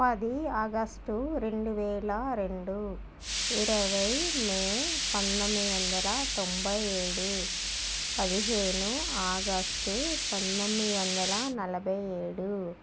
పది ఆగష్టు రెండు వేల రెండు ఇరవై మే పంతొమ్మిది వందల తొంబై ఏడు పదిహేను ఆగష్టు పంతొమ్మిది వందల నలభై ఏడు